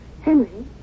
Henry